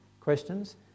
questions